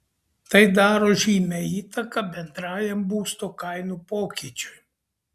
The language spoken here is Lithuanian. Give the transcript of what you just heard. tai daro žymią įtaką bendrajam būsto kainų pokyčiui